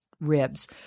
ribs